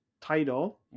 title